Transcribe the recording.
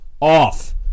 off